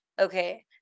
okay